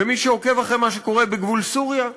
ומי שעוקב אחרי מה שקורה בגבול סוריה,